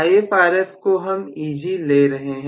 IfRf को हम Eg ले रहे हैं